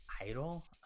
Idol